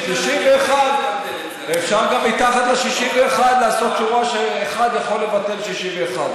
61. אפשר גם מתחת ל-61 לעשות שורה שאחד יכול לבטל 61,